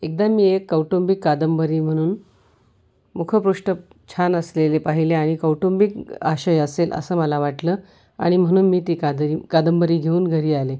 एकदा मी एक कौटुंबिक कादंबरी म्हणून मुखपृष्ठ छान असलेले पाहिले आणि कौटुंबिक आशय असेल असं मला वाटलं आणि म्हणून मी ती कादरी कादंबरी घेऊन घरी आले